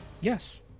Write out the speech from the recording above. Yes